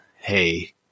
hey